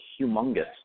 humongous